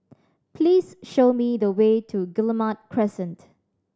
please show me the way to Guillemard Crescent